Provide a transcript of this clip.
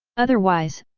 otherwise,